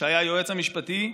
שהיה היועץ המשפטי,